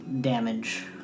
Damage